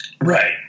Right